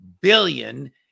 billion